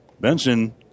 Benson